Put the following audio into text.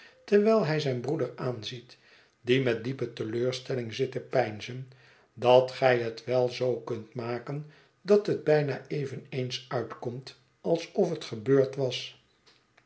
terwijl hij zijn broeder aanziet die met diepe teleurstelling zit te peinzen dat gij het wel zoo kunt maken dat het bijna eveneens uitkomt alsof het gebeurd was